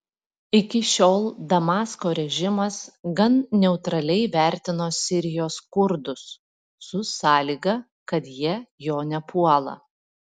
iki šiol damasko režimas gan neutraliai vertino sirijos kurdus su sąlyga kad jie jo nepuola